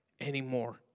anymore